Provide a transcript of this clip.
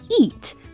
eat